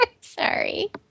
Sorry